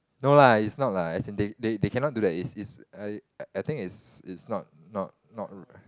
no lah it's not lah as in they they cannot do that it's it's err I think it's it's not not not ri~